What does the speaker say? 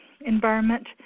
environment